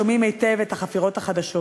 שומעים היטב את החפירות החדשות.